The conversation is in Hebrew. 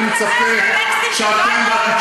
זה וינרוט